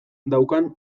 daukan